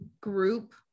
group